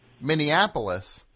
Minneapolis